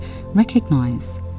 recognize